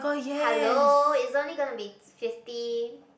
hello it's only gonna be fifty